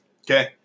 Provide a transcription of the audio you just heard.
okay